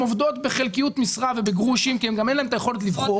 הן עובדות בחלקיות משרה ובגרושים כי גם אין להן את היכולת לבחור.